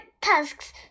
tusks